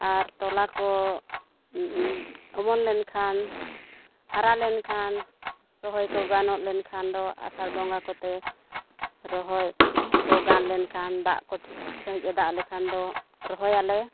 ᱟᱨ ᱛᱚᱞᱟ ᱠᱚ ᱚᱢᱚᱞ ᱞᱮᱱ ᱠᱷᱟᱱ ᱦᱟᱨᱟ ᱞᱮᱱᱠᱷᱟᱱ ᱨᱚᱦᱚᱭ ᱠᱚ ᱜᱟᱱᱚᱜ ᱞᱮᱱᱠᱷᱟᱱ ᱫᱚ ᱟᱥᱟᱲ ᱵᱚᱸᱜᱟ ᱠᱚᱛᱮ ᱨᱚᱦᱚᱭ ᱠᱚ ᱜᱟᱱ ᱞᱮᱱᱠᱷᱟᱱ ᱫᱟᱜ ᱠᱚ ᱴᱷᱤᱠ ᱥᱟᱺᱦᱤᱡ ᱮ ᱫᱟᱜ ᱞᱮᱠᱷᱟᱱ ᱫᱚ ᱨᱚᱦᱚᱭᱟᱞᱮ